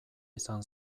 izan